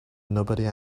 nobody